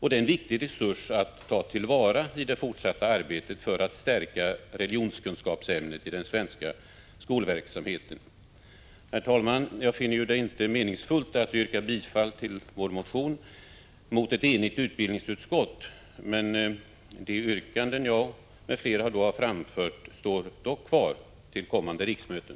Det är en viktig resurs att ta till vara i det fortsatta arbetet för att stärka religionskunskapsämnet i den svenska skolverksamheten. Herr talman! Jag finner det inte meningsfullt att mot ett enigt utbildningsutskott yrka bifall till vår motion. Men de yrkanden som jag och andra har framfört står kvar till kommande riksmöten.